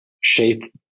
shape